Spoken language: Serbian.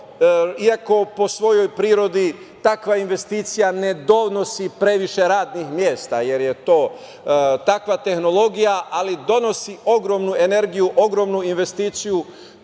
iako po svojoj prirodi takva investicija ne donosi previše radnih mesta jer je to takva tehnologija, ali donosi ogromnu energiju, ogromnu investiciju.